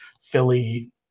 Philly